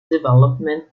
development